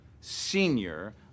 senior